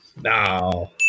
Now